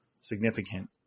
significant